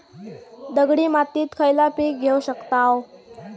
दगडी मातीत खयला पीक घेव शकताव?